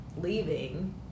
leaving